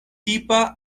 tipa